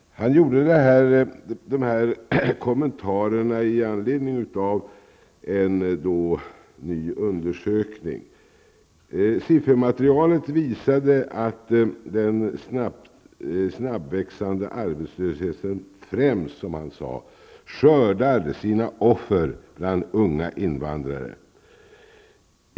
Han gjorde de här kommentarerna med anledning av en ny undersökning. Siffermaterialet visade att den snabbväxande arbetslösheten främst, som han sade, skördar sina offer bland unga invandrare.